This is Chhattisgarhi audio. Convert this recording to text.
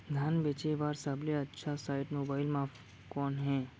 धान बेचे बर सबले अच्छा साइट मोबाइल म कोन हे?